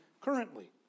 currently